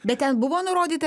bet ten buvo nurodyta